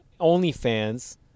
OnlyFans